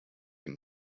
and